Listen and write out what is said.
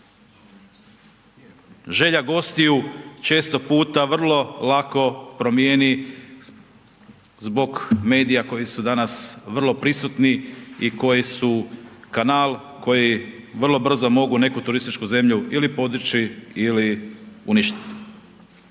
želja gostiju često puta vrlo lako primijeni zbog medija koji su danas vrlo prisutni i koji su kanal koji vrlo brzo mogu neku turističku zemlju ili podići ili uništiti.